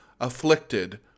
afflicted